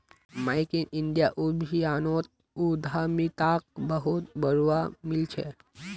make in India अभियानोत उद्यमिताक बहुत बढ़ावा मिल छ